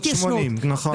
אין התיישנות.